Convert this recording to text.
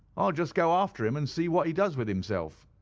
i will just go after him and see what he does with himself.